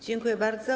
Dziękuję bardzo.